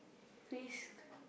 risk